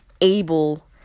able